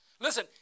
Listen